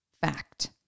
fact